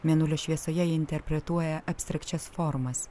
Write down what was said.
mėnulio šviesoje ji interpretuoja abstrakčias formas